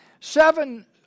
Seven